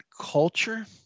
culture